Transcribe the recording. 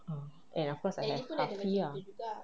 ah and of course I have hafif ah